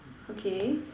okay